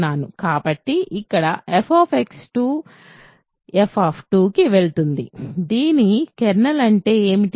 కాబట్టి ఇక్కడ f f కి వెళుతుంది దీని కెర్నల్ అంటే ఏమిటి